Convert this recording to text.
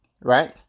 right